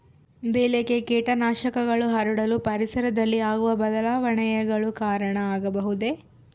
ಬೆಳೆಗೆ ಕೇಟನಾಶಕಗಳು ಹರಡಲು ಪರಿಸರದಲ್ಲಿ ಆಗುವ ಬದಲಾವಣೆಗಳು ಕಾರಣ ಆಗಬಹುದೇ?